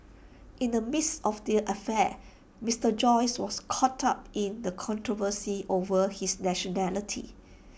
in the midst of the affair Mister Joyce was caught up in controversy over his nationality